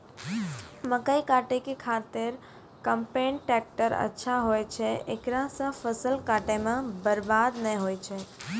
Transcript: मकई काटै के खातिर कम्पेन टेकटर अच्छा होय छै ऐकरा से फसल काटै मे बरवाद नैय होय छै?